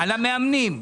על המאמנים.